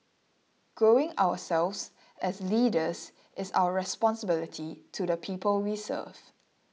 growing ourselves as leaders is our responsibility to the people we serve